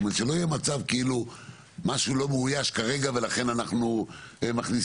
שלא יהיה מצב כאילו משהו לא מאויש כרגע ולכן אנחנו מכניסים.